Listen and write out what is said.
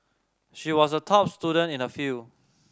she was a top student in her field